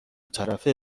طرفه